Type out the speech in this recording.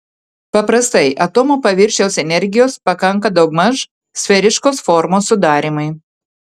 paprastai atomo paviršiaus energijos pakanka daugmaž sferiškos formos sudarymui